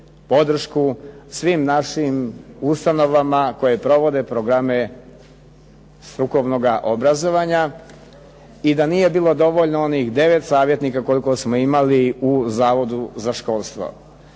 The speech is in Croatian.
podršku svim našim ustanovama koje provode programe strukovnoga obrazovanja i da nije bilo dovoljno onih devet savjetnika koliko smo imali u Zavodu za školstvo.